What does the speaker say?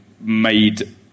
made